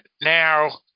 now